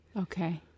Okay